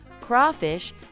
crawfish